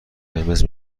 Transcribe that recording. قرمز